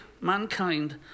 mankind